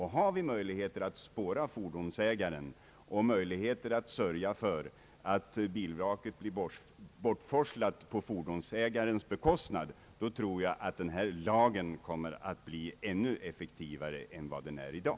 Har vi möjlighet att spåra fordonsägaren och sörja för att bilvraket blir bortforslat på fordonsägarens bekostnad tror jag att lagen kommer att bli ännu mer effektivt utnyttjad än vad den är i dag.